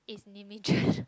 is